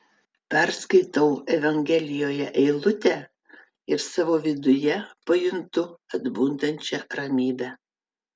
perskaitau evangelijoje eilutę ir savo viduje pajuntu atbundančią ramybę